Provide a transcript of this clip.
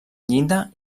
llinda